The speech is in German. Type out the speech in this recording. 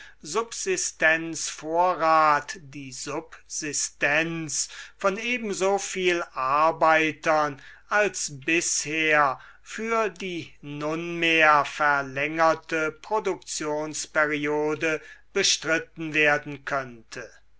vermehrten subsistenzvorrat die subsistenz von ebensoviel arbeitern als bisher für die nunmehr verlängerte produktionsperiode bestritten werden könnte